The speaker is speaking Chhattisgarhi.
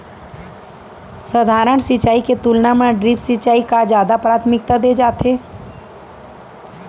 सधारन सिंचाई के तुलना मा ड्रिप सिंचाई का जादा प्राथमिकता दे जाथे